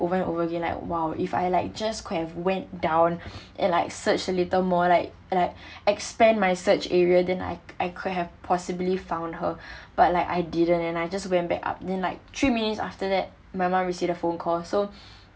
over and over again like !wow! if I like just could have went down and like search a little more like and I expand my search area then I I could have possibly found her but like I didn't and I just went back up then like three minutes after that my mom received a phone call so